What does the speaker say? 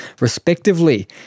respectively